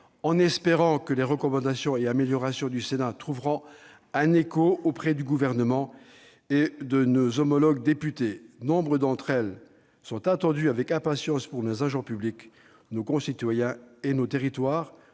en espérant que les recommandations et améliorations du Sénat trouveront un écho auprès du Gouvernement et de nos homologues députés. Nombre d'entre elles sont attendues avec impatience par nos agents publics, nos concitoyens et nos territoires